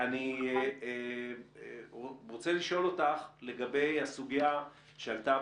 אני רוצה לשאול אותך לגבי הסוגיה שעלתה